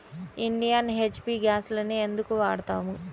Indian, HP గ్యాస్లనే ఎందుకు వాడతాము?